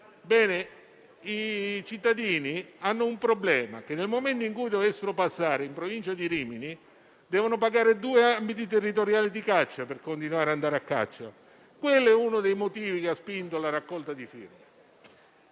Ebbene, i cittadini hanno un problema: nel momento in cui dovessero passare in Provincia di Rimini, dovrebbero pagare due ambiti territoriali di caccia per continuare ad andare a caccia. Quello è uno dei motivi che ha spinto la raccolta di firme.